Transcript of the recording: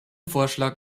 vorschlag